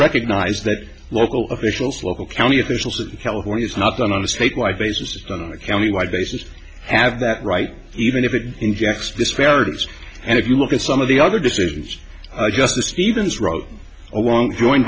recognise that local officials local county officials of california's not on a state wide basis county wide basis have that right even if it injects disparities and if you look at some of the other decisions justice stevens wrote along joined